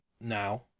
now